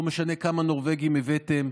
לא משנה כמה נורבגים הבאתם,